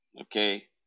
okay